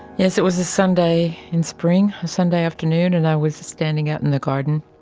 yes, it was a sunday in spring, a sunday afternoon and i was standing out in the garden.